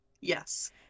Yes